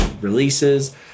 releases